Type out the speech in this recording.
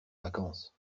vacances